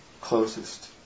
closest